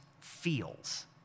feels